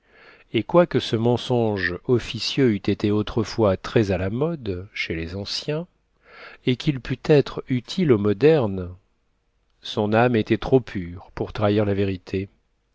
et quoique ce mensonge officieux eût été autrefois très à la mode chez les anciens et qu'il pût être utile aux modernes son âme était trop pure pour trahir la vérité